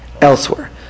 elsewhere